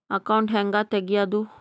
Account ಹ್ಯಾಂಗ ತೆಗ್ಯಾದು?